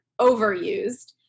overused